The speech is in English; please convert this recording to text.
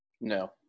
No